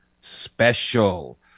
special